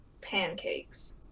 pancakes